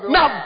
Now